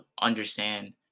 understand